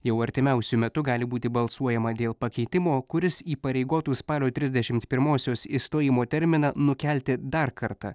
jau artimiausiu metu gali būti balsuojama dėl pakeitimo kuris įpareigotų spalio trisdešimt pirmosios išstojimo terminą nukelti dar kartą